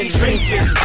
drinking